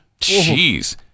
Jeez